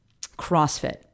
CrossFit